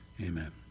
Amen